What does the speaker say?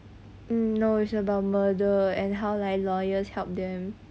no it's about murder and how like lawyers help them